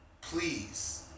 Please